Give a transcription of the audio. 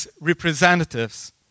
representatives